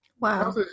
Wow